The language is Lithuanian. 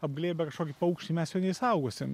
apglėbę kažkokį paukštį mes jo neišsaugosim